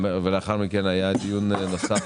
ולאחר מכן היה דיון נוסף